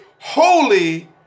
holy